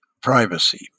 privacy